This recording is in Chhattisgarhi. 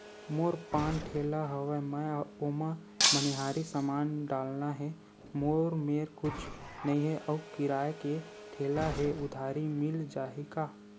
मोर पान ठेला हवय मैं ओमा मनिहारी समान डालना हे मोर मेर कुछ नई हे आऊ किराए के ठेला हे उधारी मिल जहीं का?